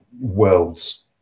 worlds